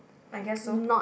I guess so